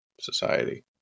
society